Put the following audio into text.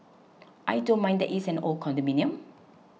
I don't mind that it is an old condominium